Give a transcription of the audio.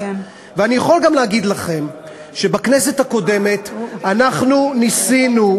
ואני יכול גם להגיד לכם שבכנסת הקודמת אנחנו ניסינו,